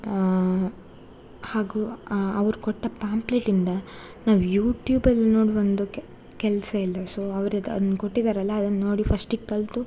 ಹಾಗು ಅವ್ರು ಕೊಟ್ಟ ಪಾಂಪ್ಲೇಟಿಂದ ನಾವು ಯೂಟ್ಯೂಬಲ್ಲಿ ನೋಡುವ ಒಂದು ಕೆಲಸ ಇಲ್ಲ ಸೋ ಅವ್ರದ್ದು ಅದ್ನ ಕೊಟ್ಟಿದ್ದಾರಲ್ಲ ಅದನ್ನು ನೋಡಿ ಫಶ್ಟಿಗೆ ಕಲಿತು